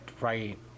right